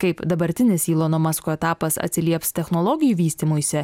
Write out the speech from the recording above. kaip dabartinis ylono masko etapas atsilieps technologijų vystymuisi